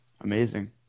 amazing